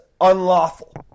unlawful